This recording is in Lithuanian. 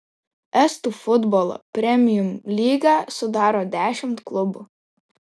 estų futbolo premium lygą sudaro dešimt klubų